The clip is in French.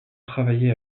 travailler